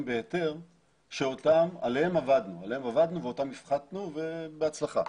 בהיתר שעליהם עבדנו ואותם הפחתנו בהצלחה.